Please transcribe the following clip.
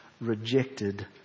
rejected